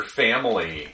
family